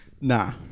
Nah